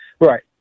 Right